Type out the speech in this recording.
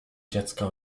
dziecka